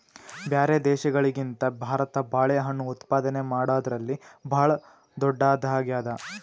ಬ್ಯಾರೆ ದೇಶಗಳಿಗಿಂತ ಭಾರತ ಬಾಳೆಹಣ್ಣು ಉತ್ಪಾದನೆ ಮಾಡದ್ರಲ್ಲಿ ಭಾಳ್ ಧೊಡ್ಡದಾಗ್ಯಾದ